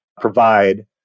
provide